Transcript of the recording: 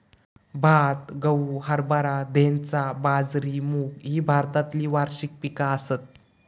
भात, गहू, हरभरा, धैंचा, बाजरी, मूग ही भारतातली वार्षिक पिका आसत